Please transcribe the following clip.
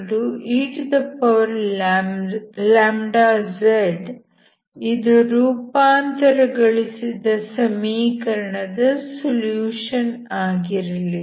yHzeλz ಇದು ರೂಪಾಂತರಗೊಳಿಸಿದ ಸಮೀಕರಣದ ಸೊಲ್ಯೂಷನ್ ಆಗಿರಲಿ